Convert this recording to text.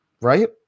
Right